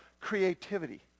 creativity